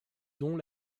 dont